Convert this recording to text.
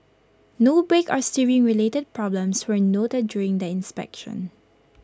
no brake or steering related problems were noted during the inspection